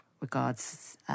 regards